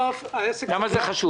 למה זה חשוב?